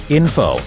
info